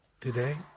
today